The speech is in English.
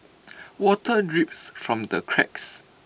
water drips from the cracks